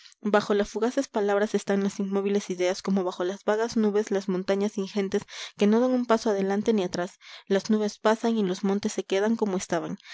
bajo las fugaces palabras están las inmóviles ideas como bajo las vagas nubes las montañas ingentes que no dan un paso adelante ni atrás las nubes pasan y los montes se quedan como estaban